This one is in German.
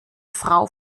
frau